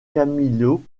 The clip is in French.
camillo